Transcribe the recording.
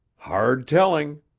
hard telling,